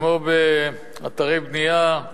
כמו באתרי בנייה,